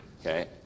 okay